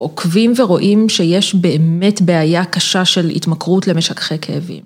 עוקבים ורואים שיש באמת בעיה קשה של התמכרות למשככי כאבים.